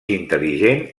intel·ligent